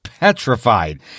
petrified